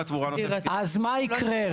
אז מה יקרה?